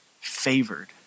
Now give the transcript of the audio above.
favored